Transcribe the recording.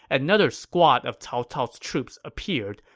another squad of cao cao's troops appeared,